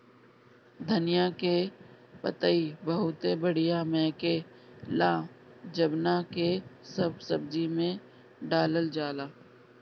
धनिया के पतइ बहुते बढ़िया महके ला जवना के सब सब्जी में डालल जाला